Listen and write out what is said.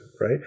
right